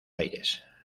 aires